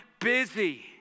busy